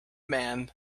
man